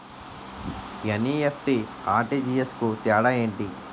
NEFT, RTGS కు తేడా ఏంటి?